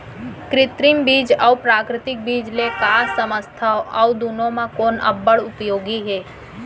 कृत्रिम बीज अऊ प्राकृतिक बीज ले का समझथो अऊ दुनो म कोन अब्बड़ उपयोगी हे?